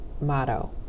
motto